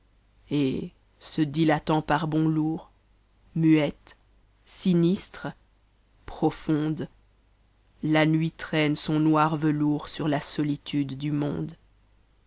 et se dilatant par bonds lourds muette sinistre profonde la nuit tralne son noir velours sur la solitude du monde